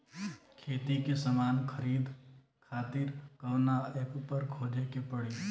खेती के समान खरीदे खातिर कवना ऐपपर खोजे के पड़ी?